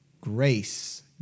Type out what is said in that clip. grace